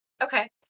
Okay